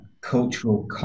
cultural